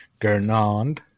Gernand